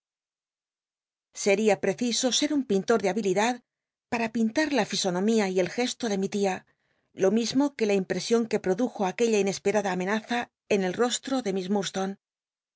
seria preciso ser un pintor de habilidad para pintar la fisonomía y el gesto de mi tia lo mismo que la imprcsion que lli'odujo aquella inesperada amenaza en el rostro ele miss